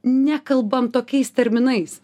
nekalbam tokiais terminais